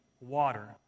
water